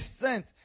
sent